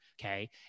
Okay